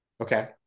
okay